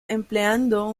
empleando